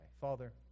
Father